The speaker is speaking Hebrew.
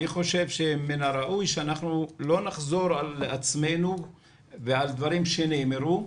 אני חושב שמן הראוי שאנחנו לא נחזור על עצמנו ועל דברים שנאמרו.